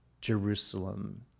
Jerusalem